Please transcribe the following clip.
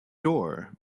door